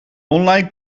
online